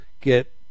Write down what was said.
get